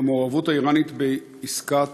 המעורבות האיראנית בעסקת